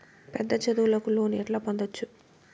పెద్ద చదువులకు లోను ఎట్లా పొందొచ్చు